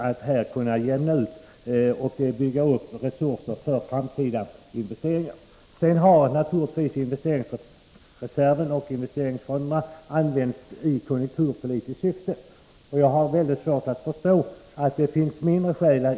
I ett öppet brev i Göteborgs Handelsoch Sjöfarts Tidning den 11 oktober 1983 till Bengt Göransson från rektorn vid Bjurslättsskolan i Göteborg, Folke Eriksson, redogörs på ett utmärkt sätt för dessa.